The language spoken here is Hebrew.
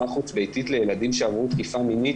חוץ ביתית לילדים שעברו תקיפה מינית,